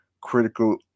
critical